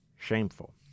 shameful